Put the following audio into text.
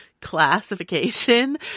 classification